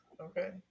Okay